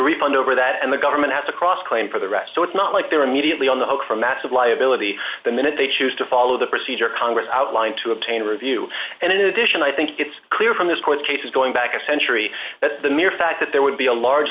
refund over that and the government has a cross claim for the rest so it's not like they're immediately on the hook for massive liability the minute they choose to follow the procedure congress outline to obtain review and in addition i think it's clear from this court cases going back a century that the mere fact that there would be a large